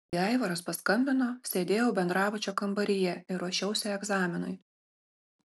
kai aivaras paskambino sėdėjau bendrabučio kambaryje ir ruošiausi egzaminui